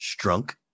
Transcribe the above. Strunk